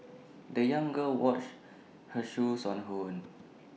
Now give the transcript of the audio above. the young girl washed her shoes on her own